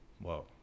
Whoa